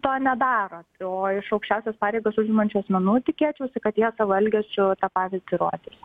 to nedaro o iš aukščiausias pareigas užimančių asmenų tikėčiausi kad jie savo elgesiu pavyzdį rodys